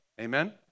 Amen